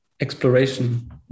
exploration